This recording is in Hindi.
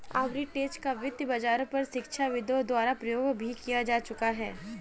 आर्बिट्रेज का वित्त बाजारों पर शिक्षाविदों द्वारा प्रयोग भी किया जा चुका है